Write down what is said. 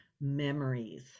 memories